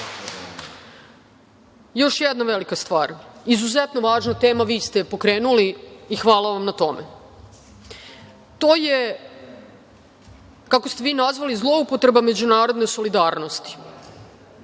jedna velika stvari, izuzetno važna tema vi ste je pokrenuli i hvala vam na tome, to je, kako ste vi nazvali, zloupotreba međunarodne solidarnosti.